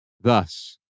Thus